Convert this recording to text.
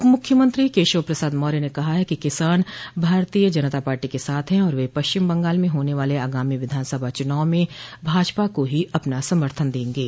उप मुख्यमंत्री केशव प्रसाद मौर्य ने कहा है कि किसान भारतीय जनता पार्टी के साथ हैं और वे पश्चिम बंगाल में होने वाले आगामी विधानसभा चुनाव में भाजपा को ही अपना समर्थन देंगे